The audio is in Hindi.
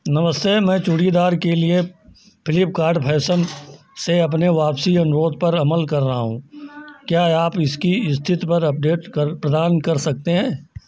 नमस्ते मैं चूड़ी दार के लिए फ्लीपकार्ट फैसन से अपने वापसी अनुरोध पर अमल कर रहा हूँ आप इसकी स्थिति पर अपडेट प्रदान कर सकते हैं